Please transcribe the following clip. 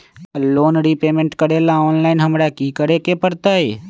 Loan repayment करेला online हमरा की करे के परतई?